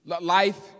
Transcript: Life